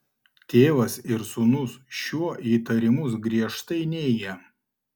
tėvas ir sūnus šiuo įtarimus griežtai neigia